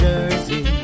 Jersey